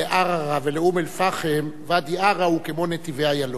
לערערה ולאום-אל-פחם ואדי-עארה הוא כמו נתיבי-איילון.